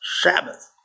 Sabbath